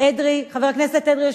חבר הכנסת אדרי,